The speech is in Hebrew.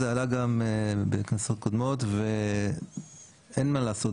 עלה גם בכנסות קודמות אין מה לעשות,